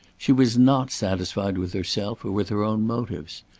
she was not satisfied with herself or with her own motives.